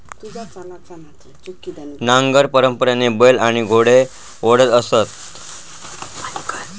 नांगर परंपरेने बैल आणि घोडे ओढत असत